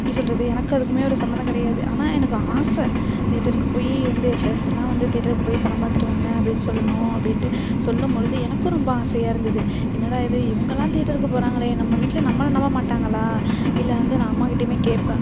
எப்படி சொல்கிறது எனக்கு அதுக்கும் ஒரு சம்மந்தம் கிடையாது ஆனால் எனக்கு ஆசை தேட்டருக்கு போய் வந்து ஏன் ஃப்ரெண்ட்ஸெல்லாம் வந்து தேட்டருக்கு போய் படம் பார்த்துட்டு வந்தேன் அப்டின்னு சொல்லணும் அப்படின்ட்டு சொல்லும்பொழுது எனக்கும் ரொம்ப ஆசையாக இருந்தது என்னடா இது இவங்களாம் தேட்டருக்கு போகிறாங்களே நம்ம வீட்டில் நம்மளை நம்ப மாட்டாங்களா இல்லை வந்து நான் அம்மாகிட்டேயுமே கேட்பேன்